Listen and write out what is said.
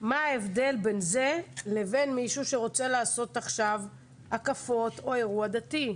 מה ההבדל בין זה לבין מישהו שרוצה לעשות עכשיו הקפות או אירוע דתי?